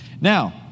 Now